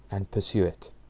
and pursue it.